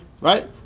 right